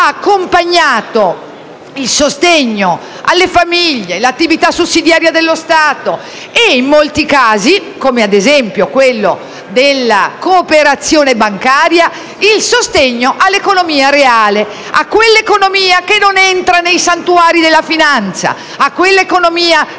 hanno accompagnato il sostegno alle famiglie, l'attività sussidiaria dello Stato e, in molti casi (come, ad esempio, quello della cooperazione bancaria) il sostegno all'economia reale. Mi riferisco a quell'economia che non entra nei santuari della finanza, quell'economia